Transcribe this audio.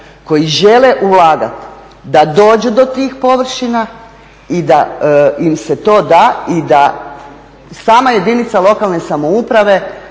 koji žele ulagati da dođu do tih površina i da im se to da i da sama jedinica lokalne samouprave